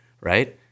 right